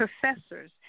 professors